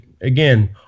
again